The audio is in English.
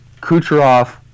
Kucherov